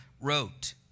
wrote